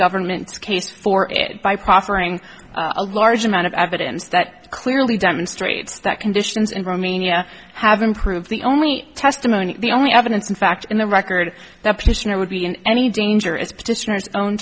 government's case for by proffering a large amount of evidence that clearly demonstrates that conditions in romania have been proved the only testimony the only evidence in fact in the record that position it would be in any danger